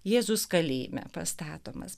jėzus kalėjime pastatomas